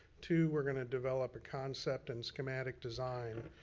two, we're gonna develop a concept and schematic design.